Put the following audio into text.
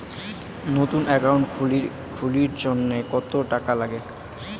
নতুন একাউন্ট খুলির জন্যে কত টাকা নাগে?